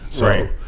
Right